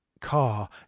car